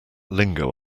lingo